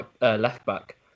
left-back